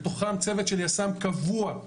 בתוכם צוות של יס"מ קבוע,